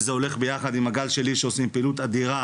וזה הולך ביחד עם הגל שלי שעושים פעילות אדירה